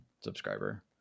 subscriber